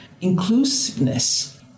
inclusiveness